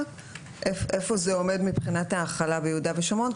איפה זה עומד מבחינת ההחלה ביהודה ושומרון,